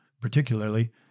particularly